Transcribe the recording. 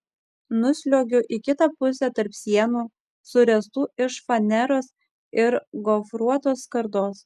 nusliuogiu į kitą pusę tarp sienų suręstų iš faneros ir gofruotos skardos